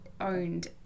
owned